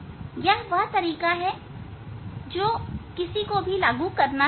यह वह तरीका है जो किसी को भी लागू करना चाहिए